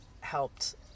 helped